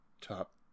top